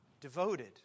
Devoted